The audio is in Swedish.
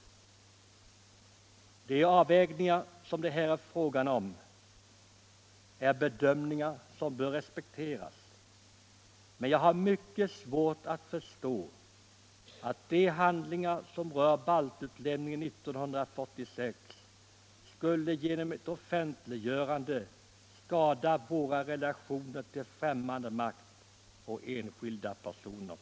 De avvägningar som det här är fråga om är bedömningar som bör respekteras, men jag har mycket svårt att förstå att de handlingar som rör baltutlämningen 1946 skulle genom ett offent 103 liggörande skada våra relationer till främmande makt och enskilda personer.